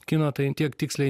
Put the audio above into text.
kino tai tiek tiksliai